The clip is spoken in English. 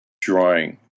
drawing